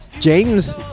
James